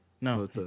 No